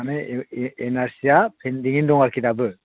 माने N R C आ पेन्दिंयैनो दं आरोखि दाबो